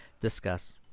Discuss